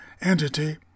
entity